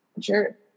Sure